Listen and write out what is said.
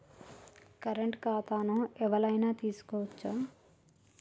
Current ఖాతాను ఎవలైనా తీసుకోవచ్చా?